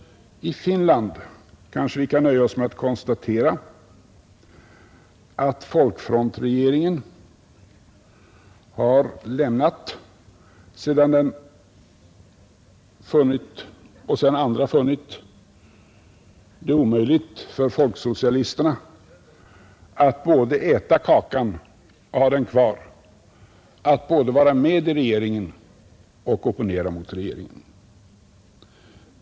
I Finland kanske vi kan nöja oss med att konstatera att folkfrontregeringen har lämnat, sedan andra funnit det omöjligt för folksocialisterna att både äta kakan och ha den kvar, att både vara med regeringen och opponera mot regeringen.